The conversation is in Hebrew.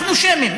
אנחנו שמים.